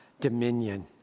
dominion